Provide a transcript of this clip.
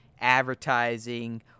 advertising